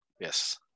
Yes